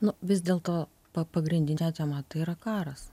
nu vis dėlto pa pagrindinė tema tai yra karas